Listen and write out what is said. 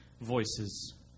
voices